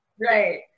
Right